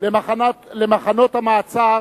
למחנות המעצר